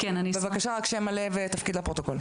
אמרי לפרוטוקול שם מלא ותפקיד.